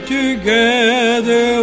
together